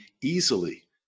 easily